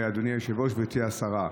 אדוני היושב-ראש, גברתי השרה,